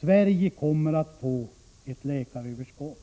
Sverige kommer att få ett läkaröverskott.